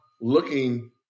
looking